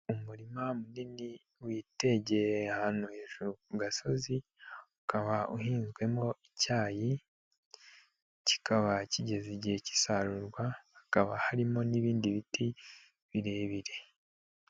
Umurima munini witegeye ahantu hejuru ku gasozi ukaba uhinzwemo icyayi kikaba kigeze igihe cy'isarurwa, hakaba harimo n'ibindi biti birebire.